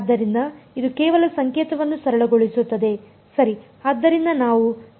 ಆದ್ದರಿಂದ ಇದು ಕೇವಲ ಸಂಕೇತವನ್ನು ಸರಳಗೊಳಿಸುತ್ತದೆ ಸರಿ